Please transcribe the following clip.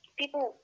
people